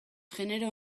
genero